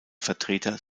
vertreter